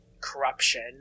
corruption